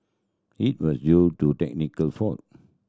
it was due to a technical fault